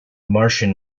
martian